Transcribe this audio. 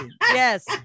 yes